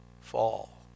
fall